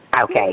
Okay